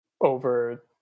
over